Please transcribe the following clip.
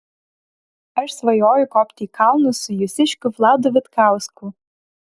aš svajoju kopti į kalnus su jūsiškiu vladu vitkausku